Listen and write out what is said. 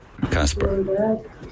Casper